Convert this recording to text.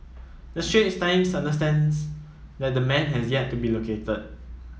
the Straits Times understands that the man has yet to be located